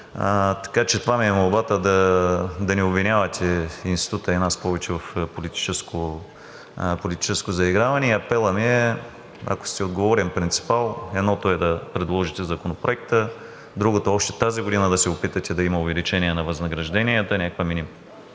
Така че това ми е молбата: повече да не обвинявате и Института, и нас в политическо заиграване. Апелът ми, ако сте отговорен принципал, е: едното – да предложите Законопроекта, другото – още тази година да се опитате да има увеличение на възнагражденията, някаква минимална